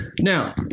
now